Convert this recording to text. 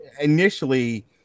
Initially